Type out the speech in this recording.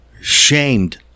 shamed